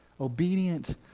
obedient